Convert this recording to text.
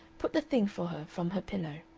put the thing for her from her pillow.